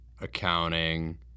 accounting